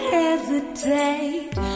hesitate